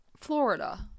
Florida